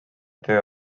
töö